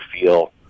feel